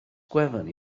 gwefan